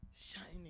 shining